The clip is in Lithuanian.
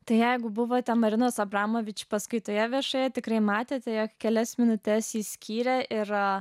tai jeigu buvote marinos abramovičių paskaitoje viešoje tikrai matėte jog kelias minutes ji skyrė ir